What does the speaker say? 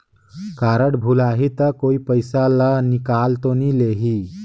Card भुलाही ता कोई पईसा ला निकाल तो नि लेही?